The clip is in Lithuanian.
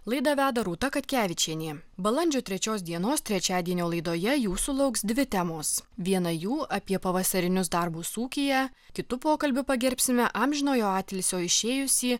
laidą veda rūta katkevičienė balandžio trečios dienos trečiadienio laidoje jūsų lauks dvi temos viena jų apie pavasarinius darbus ūkyje kitu pokalbiu pagerbsime amžinojo atilsio išėjusį